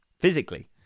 physically